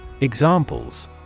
Examples